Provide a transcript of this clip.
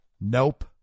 Nope